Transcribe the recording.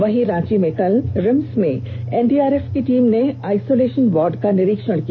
वहीं रांची में कल रिम्स में एनडीआरएफ की टीम ने आइसोलेषन वार्ड का निरीक्षण किया